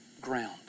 ground